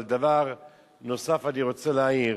אבל דבר נוסף אני רוצה להעיר,